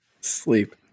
sleep